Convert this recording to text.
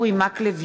אורי מקלב,